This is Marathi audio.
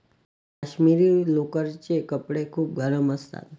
काश्मिरी लोकरचे कपडे खूप गरम असतात